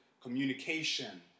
communication